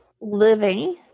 living